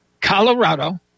Colorado